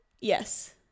Yes